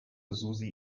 susi